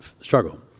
struggle